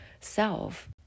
self